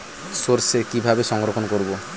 সরষে কিভাবে সংরক্ষণ করব?